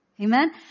Amen